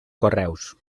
correus